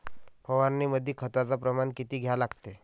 फवारनीमंदी खताचं प्रमान किती घ्या लागते?